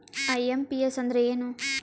IMPS ಅಂದ್ರ ಏನು?